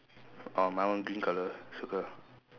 orh my one green colour circle